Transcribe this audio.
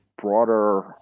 broader